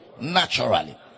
naturally